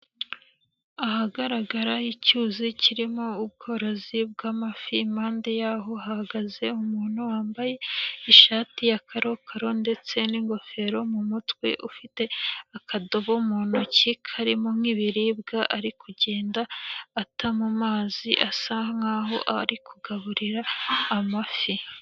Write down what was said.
Ahagaragara icyuzi kirimo ubworozi bw'amafi, impande yaho hahagaze umuntu wambaye ishati ya karokaro ndetse n'ingofero mu mutwe ufite akadobo mu ntoki karimo nk'ibiribwa ari kugenda ata mu mazi asa nkaho ari kugaburira amafi.